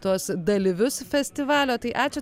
tuos dalyvius festivalio tai ačiū